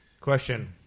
question